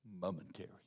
momentary